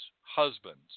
husbands